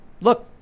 look